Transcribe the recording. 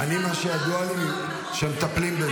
מה שידוע לי, שמטפלים בזה.